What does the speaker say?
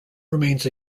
remains